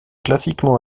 classiquement